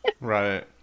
right